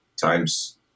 times